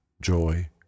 joy